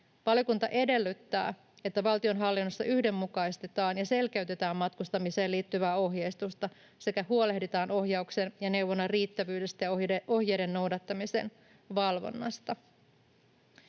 Valiokunta edellyttää, että valtionhallinnossa yhdenmukaistetaan ja selkeytetään matkustamiseen liittyvää ohjeistusta sekä huolehditaan ohjauksen ja neuvonnan riittävyydestä ja ohjeiden noudattamisen valvonnasta.